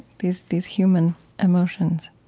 these these human emotions